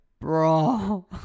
bro